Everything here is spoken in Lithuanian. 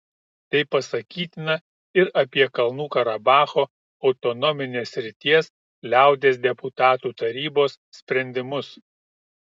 tai pasakytina ir apie kalnų karabacho autonominės srities liaudies deputatų tarybos sprendimus